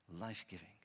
life-giving